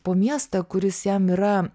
po miestą kuris jam yra